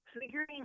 Figuring